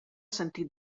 sentit